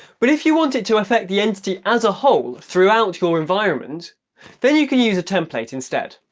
but if you want it to affect the entity as a whole throughout your environment then you can use a template instead.